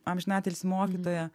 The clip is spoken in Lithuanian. amžinatilsį mokytoja